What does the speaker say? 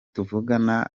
tuvugana